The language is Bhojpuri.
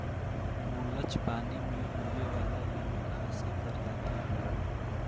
मुलच पानी में उगे वाला एगो घास के प्रजाति होला